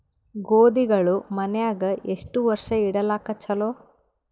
ಗೋಧಿಗಳು ಮನ್ಯಾಗ ಎಷ್ಟು ವರ್ಷ ಇಡಲಾಕ ಚಲೋ?